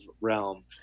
realm